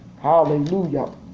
Hallelujah